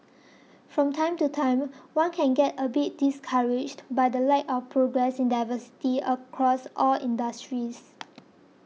from time to time one can get a bit discouraged by the lack of progress in diversity across all industries